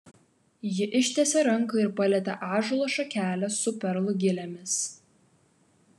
ji ištiesė ranką ir palietė ąžuolo šakelę su perlų gilėmis